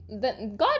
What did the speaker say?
God